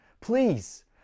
please